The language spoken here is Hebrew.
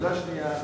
נקודה שנייה.